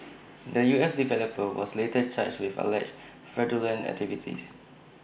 the U S developer was later charged with alleged fraudulent activities